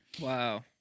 Wow